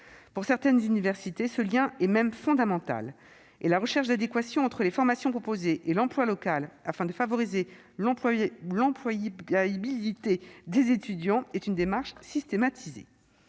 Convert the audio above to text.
Pour certaines universités, ce lien est même fondamental et la recherche d'adéquation entre les formations proposées et l'emploi local, destinée à favoriser l'employabilité des étudiants, est une démarche systématisée.